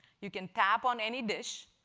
you can tap on any dish,